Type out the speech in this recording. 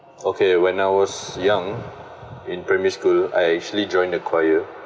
okay when I was young in primary school I actually join the choir